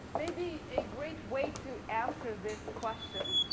may be a great way to answer this question.